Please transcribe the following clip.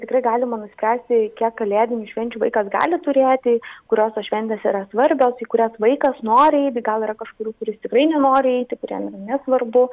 tikrai galima nuspręsti kiek kalėdinių švenčių vaikas gali turėti kurios tos šventės yra svarbios į kurias vaikas nori eit gal yra kažkurių kur jis tikrai nenori eiti kur jam yra nesvarbu